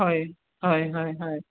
হয় হয় হয় হয়